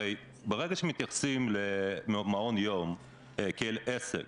הרי ברגע שמתייחסים למעון יום כאל עסק,